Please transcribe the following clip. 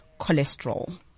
cholesterol